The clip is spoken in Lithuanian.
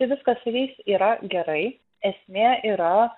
viskas su jais yra gerai esmė yra